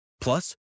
Plus